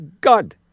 God